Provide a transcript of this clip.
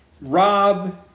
Rob